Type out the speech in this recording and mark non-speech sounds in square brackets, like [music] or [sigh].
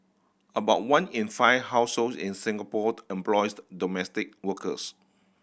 about one in five households in Singapore employs [unintelligible] domestic workers